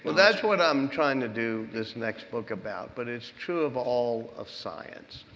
that's what i'm trying to do this next book about. but it's true of all of science.